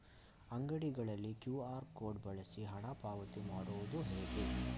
ಅಂಗಡಿಗಳಲ್ಲಿ QR code ಬಳಸಿ ಹಣ ಪಾವತಿ ಮಾಡೋದು ಹೇಗೆ?